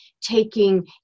taking